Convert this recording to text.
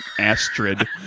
Astrid